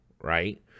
right